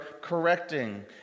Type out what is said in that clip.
correcting